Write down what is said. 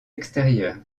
extérieurs